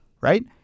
right